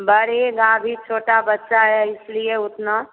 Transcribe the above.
बढ़ेगा अभी छोटा बच्चा है इसलिए उतना